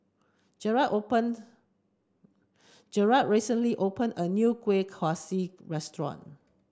Jerrad opened Jerrad recently opened a new Kuih Kaswi restaurant